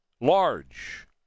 large